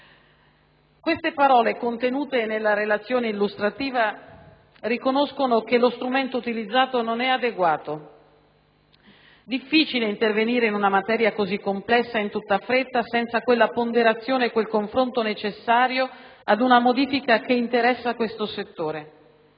Queste parole, contenute nella relazione illustrativa, riconoscono che lo strumento utilizzato non è adeguato. Difficile intervenire in una materia così complessa in tutta fretta senza quella ponderazione e quel confronto necessari ad una modifica che interessi questo settore.